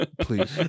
please